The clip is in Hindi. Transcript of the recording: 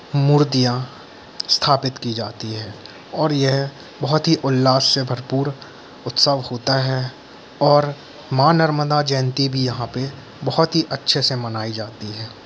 मूर्तियाँ स्थापित की जाती है और यह बहुत ही उल्लास से भरपूर उत्सव होता है और माँ नर्मदा जयन्ती भी यहाँ पे बहुत ही अच्छे से मनाई जाती है